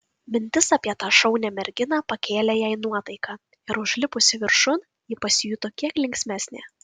mintis apie tą šaunią merginą pakėlė jai nuotaiką ir užlipusi viršun ji pasijuto kiek linksmesnė